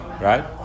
right